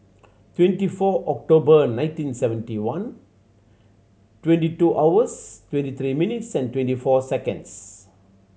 twenty four October nineteen seventy one twenty two hours twenty three minutes twenty four seconds